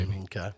Okay